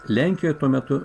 lenkijoje tuo metu